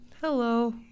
Hello